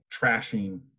trashing